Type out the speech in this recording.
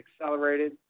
accelerated